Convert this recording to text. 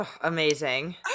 Amazing